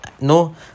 No